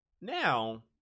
now